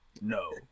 no